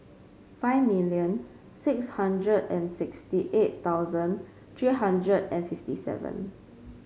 five million six hundred and sixty eight thousand three hundred and fifty seven